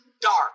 dark